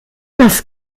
das